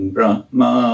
Brahma